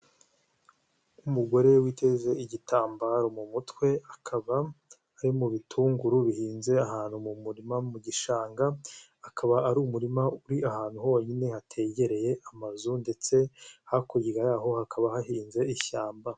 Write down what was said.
umugore witeze igitambaro mu mutwe akaba ari mu bitunguru bihinze ahantu mu murima, mu gishanga hakaba hari umurima uri ahantu honyine hategereye amazu ndetse hakurya yaho hakaba hahinze ishyamba.